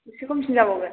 एसे खमसिन जाबावगोन